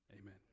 Amen